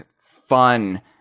fun